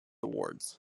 awards